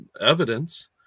evidence